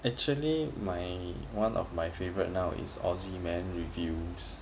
actually my one of my favorite now it's ozzy man reviews